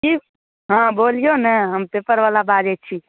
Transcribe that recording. की हँ बोलियौ ने हम पेपर बला बाजैत छी